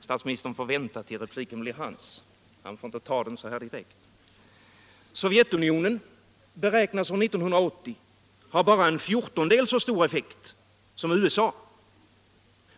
statsministern får vänta tills repliken blir hans — beräknas år 1980 ha bara en fjortondedel så stor effekt som USA.